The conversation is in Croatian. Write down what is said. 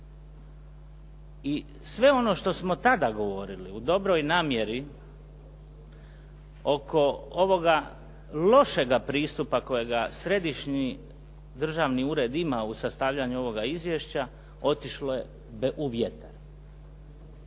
i sve ono što smo tada govorili u dobroj namjeri oko ovoga lošega pristupa kojega Središnji državni ured ima u sastavljanju ovoga izvješća otišlo je u vjetar.